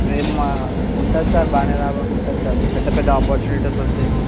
ఏమి మా ఉంటుంది సార్ బాగా లాభం ఉంటుంది సార్ పెద్దపెద్ద ఆపర్చునిటీస్ వస్తాయి